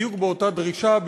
בדיוק באותה דרישה,